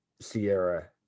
sierra